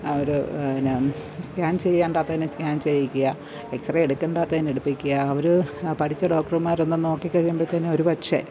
അവർ പിന്ന സ്കാന് ചെയ്യേണ്ടാത്തതിനെ സ്കാന് ചെയ്യിക്കുക എക്സറേ എടുക്കേണ്ടാത്തതിന് എടുപ്പിക്കുക അവർ പഠിച്ച ഡോക്ടർമാരൊന്നു നോക്കി കഴിയുമ്പോഴത്തേക്ക് ഒരുപക്ഷെ